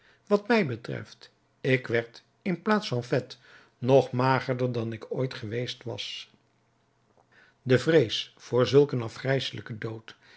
wat mij betreft ik werd in plaats van vet nog magerder dan ik ooit geweest was de vrees voor zulk een afgrijselijken dood